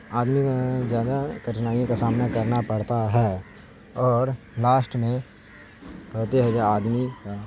آدمی زیادہ کٹھنائیوں کا سامنا کرنا پڑتا ہے اور لاسٹ میں آدمی کا